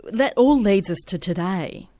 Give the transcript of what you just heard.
that all leads us to today,